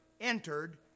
entered